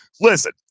listen